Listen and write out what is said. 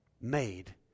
made